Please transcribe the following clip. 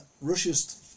Russia's